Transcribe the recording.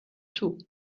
too